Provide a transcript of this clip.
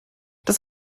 das